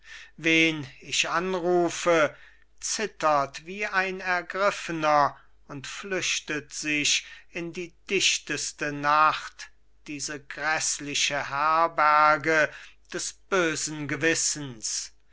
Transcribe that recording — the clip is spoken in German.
wen ich anrufe zittert wie ein ergriffener und flüchtet sich in die dichteste nacht diese gräßliche herberge des bösen gewissens